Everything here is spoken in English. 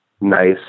nice